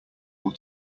will